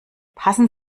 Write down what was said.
passen